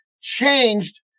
changed